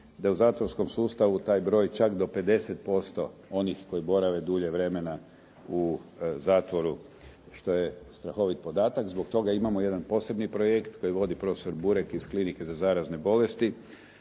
da je u zatvorskom sustavu taj broj čak do 50% onih koji borave dulje vremena u zatvoru što je strahovit podatak. Zbog toga imamo jedan posebni projekt koji vodi profesor Burek iz Klinike za zarazne bolesti